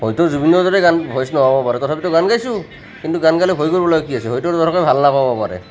হয়তো জুবিনৰ দৰে গান ভইচ নহ'ব পাৰে তথাপিতো গান গাইছোঁ কিন্তু গান গাবলৈ ভয় কৰিব লগা কি আছে ভয়তো কৰিলে ভাল নাপাব পাৰে